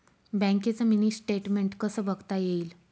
बँकेचं mini statement कसं बघता येईल?